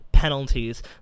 penalties